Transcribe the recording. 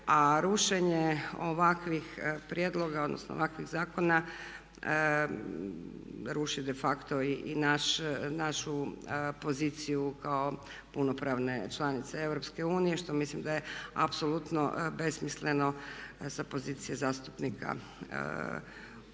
a rušenje ovakvih prijedloga, odnosno ovakvih zakona ruši de facto i našu poziciju kao punopravne članice EU što mislim da je apsolutno besmisleno sa pozicije zastupnika u